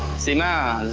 seema,